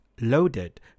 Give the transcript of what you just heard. loaded